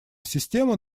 система